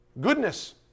goodness